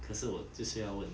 可是我这些要问